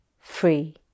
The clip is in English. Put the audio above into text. free